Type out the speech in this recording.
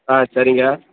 ஆ சரிங்க